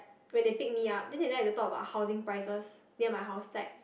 when they pick me up then they like to talk about housing prices near my house like